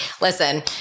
listen